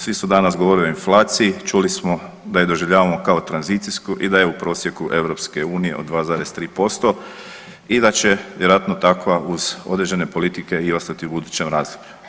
Svi su danas govorili o inflaciji, čuli smo da je doživljavamo kao tranzicijsku i da je u prosjeku EU od 2,3% i da će vjerojatno takva uz određene politike i ostati u budućem razdoblju.